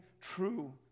true